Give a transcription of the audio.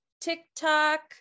TikTok